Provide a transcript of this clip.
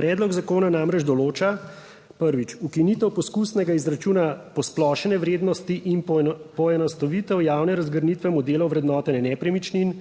Predlog zakona namreč določa, prvič, ukinitev poskusnega izračuna posplošene vrednosti in poenostavitev javne razgrnitve modelov vrednotenja nepremičnin,